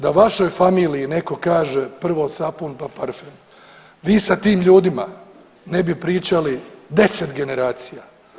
Da vašoj familiji netko kaže prvo sapun pa parfem, vi sa tim ljudima ne bi pričali 10 generacija.